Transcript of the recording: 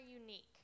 unique